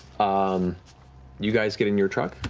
um you guys get in your truck?